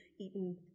eaten